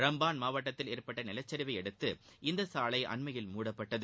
ரம்பான் மாவட்டத்தில் ஏற்பட்ட நிலச்சரிவையடுத்து இந்த சாலை அண்மையில் மூடப்பட்டது